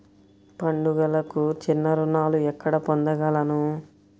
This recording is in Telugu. పండుగలకు చిన్న రుణాలు ఎక్కడ పొందగలను?